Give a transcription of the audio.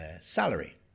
salary